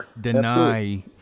deny